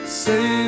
say